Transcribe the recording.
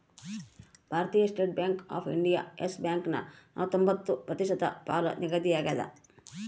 ಭಾರತೀಯ State Bank of India Yes ಬ್ಯಾಂಕನ ನಲವತ್ರೊಂಬತ್ತು ಪ್ರತಿಶತ ಪಾಲು ನಿಗದಿಯಾಗ್ಯದ